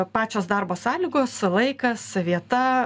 pačios darbo sąlygos laikas vieta